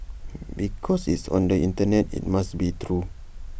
because it's on the Internet IT must be true